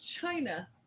China